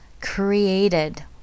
created